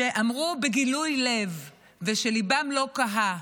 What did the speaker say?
שאמרו בגילוי לב וליבם לא קהה,